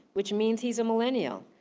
which means he's a millennial,